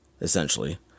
essentially